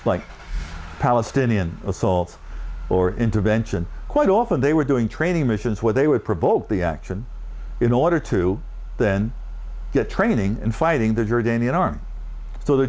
like palestinian assaults or intervention quite often they were doing training missions where they would provoke the action in order to then training in fighting the jordanian army so the